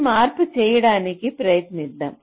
ఈ మార్పు చేయడానికి ప్రయత్నిద్దాం